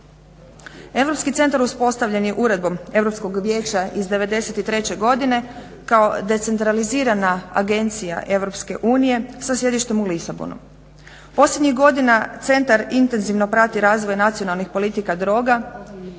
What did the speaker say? Europski centar uspostavljen je Uredbom Europskog vijeća iz '93. godine kao decentralizirana agencija EU sa sjedištem u Lisabonu. Posljednjih godina centar intenzivno prati razvoj nacionalnih politika droga